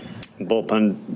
bullpen